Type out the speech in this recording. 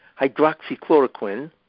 hydroxychloroquine